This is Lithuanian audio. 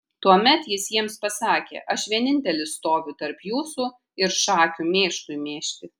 tuomet jis jiems pasakė aš vienintelis stoviu tarp jūsų ir šakių mėšlui mėžti